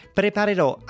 preparerò